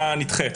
תחולה נדחית.